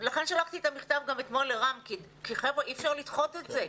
לכן שלחתי את המכתב אתמול לרם שפע כי אי אפשר לדחות את זה.